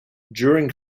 during